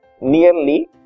nearly